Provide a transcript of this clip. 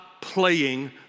playing